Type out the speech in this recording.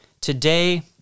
Today